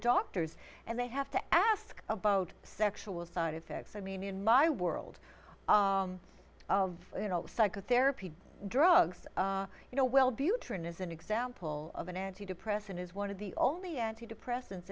doctors and they have to ask about sexual side effects i mean in my world of you know psychotherapy drugs you know well butin is an example of an antidepressant is one of the only antidepressants